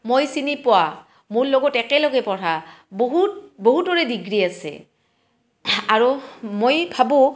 মই চিনি পোৱা মোৰ লগত একেলগে পঢ়া বহুত বহুতৰে ডিগ্ৰী আছে আৰু মই ভাবো